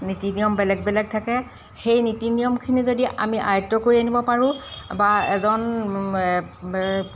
নীতি নিয়ম বেলেগ বেলেগ থাকে সেই নীতি নিয়মখিনি যদি আমি আয়ত্ত্ব কৰি আনিব পাৰোঁ বা এজন